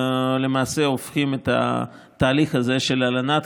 למעשה הופכים את התהליך הזה של הלנת